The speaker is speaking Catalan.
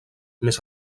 més